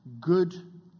good